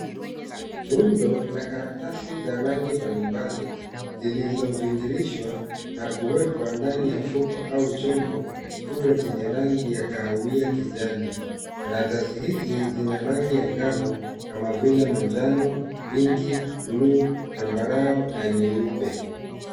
Rundo, la karatasi za rangi mbalimbali, zilizovingirishwa, na kuwekwa ndani ya mfuko au chombo kikubwa chenye rangi ya kahawia kijani. Karatasi hizi zina rangi ya ngavu, kama vile manjano, pinki, bluu, zambarau, na nyeupe.